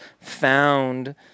found